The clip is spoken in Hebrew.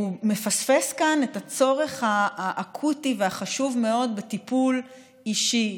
מפספס כאן את הצורך האקוטי והחשוב מאוד בטיפול אישי,